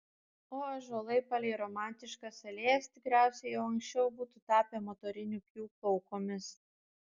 o ąžuolai palei romantiškas alėjas tikriausiai jau anksčiau būtų tapę motorinių pjūklų aukomis